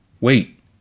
Wait